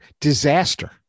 disaster